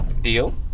Deal